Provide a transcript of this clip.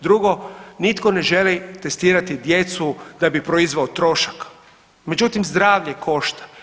Drugo, nitko ne želi testirati djecu da bi proizveo trošak, međutim zdravlje košta.